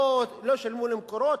שלא שילמו ל"מקורות",